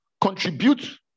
contribute